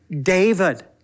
David